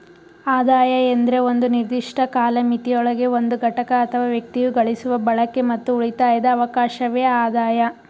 ಆದಾಯ ಎಂದ್ರೆ ಒಂದು ನಿರ್ದಿಷ್ಟ ಕಾಲಮಿತಿಯೊಳಗೆ ಒಂದು ಘಟಕ ಅಥವಾ ವ್ಯಕ್ತಿಯು ಗಳಿಸುವ ಬಳಕೆ ಮತ್ತು ಉಳಿತಾಯದ ಅವಕಾಶವೆ ಆದಾಯ